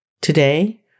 Today